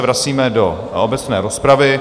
Vracíme se do obecné rozpravy.